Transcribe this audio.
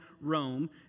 Rome